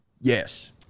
Yes